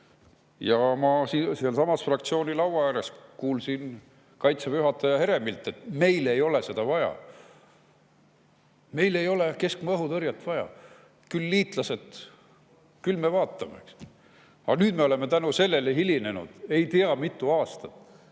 Ma sealsamas fraktsiooni laua ääres kuulsin Kaitseväe juhatajalt Heremilt, et meil ei ole seda vaja. Meil ei ole keskmaa õhutõrjet vaja, [meil on] liitlased, küll me vaatame. Aga nüüd me oleme selle tõttu hilinenud ei tea, mitu aastat